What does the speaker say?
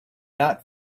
not